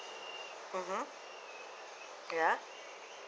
mmhmm yeah